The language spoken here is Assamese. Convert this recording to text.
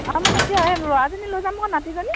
অ' মানে কি আৰু ল'ৰা জনী লৈ যাম আকৌ নাতিজনী